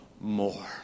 more